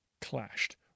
clashed